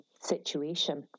situation